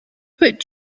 put